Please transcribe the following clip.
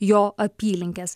jo apylinkes